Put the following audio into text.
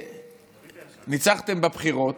ניצחתם בבחירות,